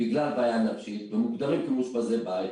בגלל בעיה נפשית ומוגדרים כמאושפזי בית,